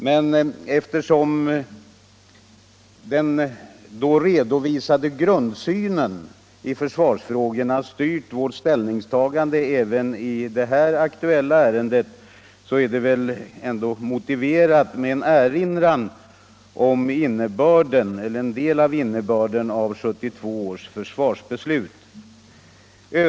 Men eftersom den tidigare redovisade grundsynen i försvarsfrågorna styrt vårt ställningstagande även i det nu aktuella ärendet, är det väl motiverat med en erinran om en del av innebörden av 1972 års försvarsbeslut.